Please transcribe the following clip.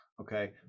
okay